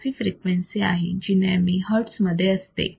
f ही frequency आहे जी नेहमी hertz मध्ये असते